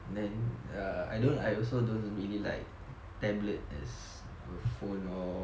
then uh I don't I also don't really like tablet as a phone or